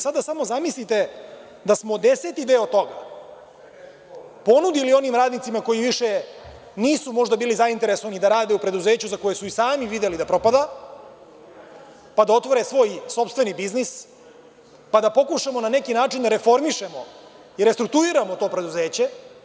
Sada samo zamislite da smo deseti deo toga ponudili onim radnicima koji više nisu možda bili zainteresovani da rade u preduzeću za koje su i sami videli da propada, pa da otvore svoj sopstveni biznis, pa da pokušamo na neki način da reformišemo i prestruktuiramo to preduzeće.